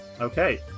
Okay